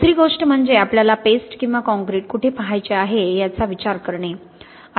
दुसरी गोष्ट म्हणजे आपल्याला पेस्ट किंवा कॉंक्रिट कुठे पहायचे आहे याचा विचार करणे